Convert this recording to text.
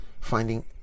finding